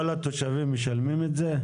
כל התושבים משלמים את זה?